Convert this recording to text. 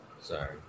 Sorry